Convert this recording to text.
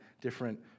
different